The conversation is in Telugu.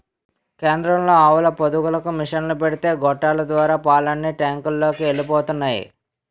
కేంద్రంలో ఆవుల పొదుగులకు మిసన్లు పెడితే గొట్టాల ద్వారా పాలన్నీ టాంకులలోకి ఎలిపోతున్నాయి